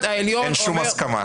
אין שום הסכמה.